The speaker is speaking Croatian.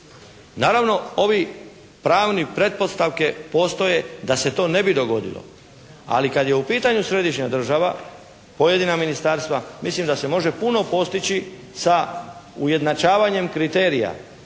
Naravno ovi, pravne pretpostavke postoje da se to ne bi dogodilo. Ali kad je u pitanju središnja država, pojedina ministarstva mislim da se može puno postići sa ujednačavanjem kriterija.